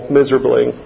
miserably